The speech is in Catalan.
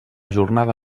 jornada